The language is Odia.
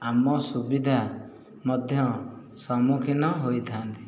ଆମ ସୁବିଧା ମଧ୍ୟ ସମ୍ମୁଖୀନ ହୋଇଥାନ୍ତି